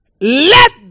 let